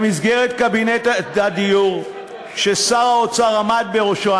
במסגרת קבינט הדיור ששר האוצר עמד בראשו,